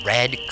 Red